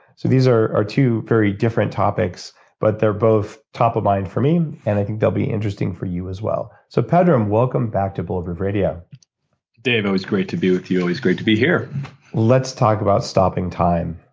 so these are are two very different topics, but they're both top of mind for me and i think they'll be interesting for you as well so pedram, welcome back to bulletproof radio dave, always great to be with you. always great to be here let's talk about stopping time.